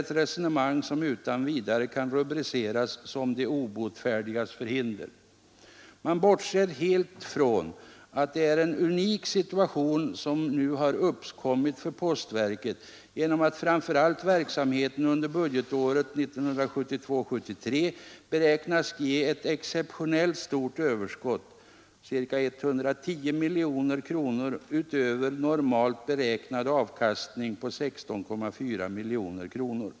ett resonemang som utan vidare kan rubriceras som de Man bortser helt från att det är en unik situation som nu har uppkommit för postverket genom att framför allt verksamheten under budgetåret 1972/73 beräknas ge ett exceptionellt stort överskott — ca 110 miljoner kronor — utöver normalt beräknad avkastning på 16,4 miljoner kronor.